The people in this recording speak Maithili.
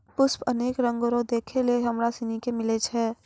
पुष्प अनेक रंगो रो देखै लै हमरा सनी के मिलै छै